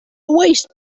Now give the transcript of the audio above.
waste